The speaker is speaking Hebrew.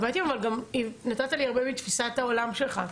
באותה הזדמנות נתת לי הרבה מתפיסת העולם שלך.